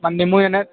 ಮತ್ತು ನಿಮ್ಮವು ಏನು